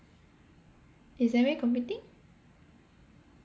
is Zeh Wei computing